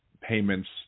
payments